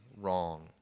wrong